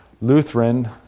Lutheran